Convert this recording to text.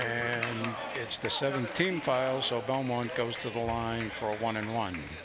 and it's the seventeen files so belmont goes to the line for a one on one